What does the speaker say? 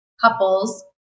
couples